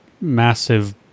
massive